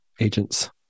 agents